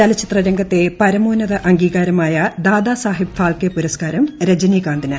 ചലച്ചിത്ര രംഗത്തെ പരമോന്നത അംഗീകാരമായ ദാദാസാഹിബ് ഫാൽക്കെ പുരസ്ക്കാരം രജനീകാന്തിന്